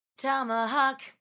Tomahawk